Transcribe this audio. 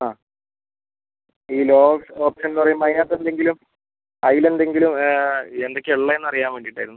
ആ ഈ ലോവെസ്റ്റ് ഓപ്ഷൻന്ന് പറയുമ്പം അതിനകത്തെന്തെങ്കിലും അതിൽ എന്തെങ്കിലും അതിൽ എന്തൊക്കെയാണ് ഉള്ളതെന്ന് അറിയാൻ വേണ്ടീട്ടായിരുന്നു